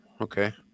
Okay